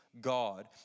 God